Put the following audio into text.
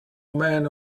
man